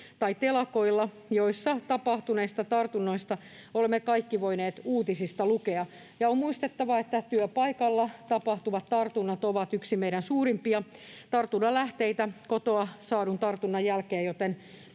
tai telakoilla, joissa tapahtuneista tartunnoista olemme kaikki voineet uutisista lukea. On muistettava, että työpaikalla tapahtuvat tartunnat ovat yksi meidän suurimpia tartunnan lähteitä kotoa saadun tartunnan jälkeen, joten